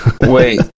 Wait